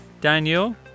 Daniel